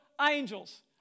angels